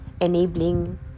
enabling